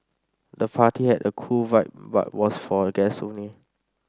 the party had a cool vibe but was for guest only